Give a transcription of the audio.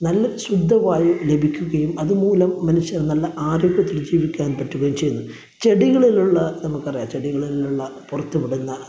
നല്ല ശുദ്ധ വായു ലഭിക്കുകയും അതു മൂലം മനുഷ്യര് നല്ല ആരോഗ്യത്തില് ജീവിക്കാന് പറ്റുകയും ചെയ്യുന്നു ചെടികളിലുള്ള നമുക്കറിയാം ചെടികളിലുള്ള പുറത്തു വിടുന്ന